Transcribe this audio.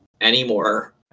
anymore